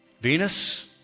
Venus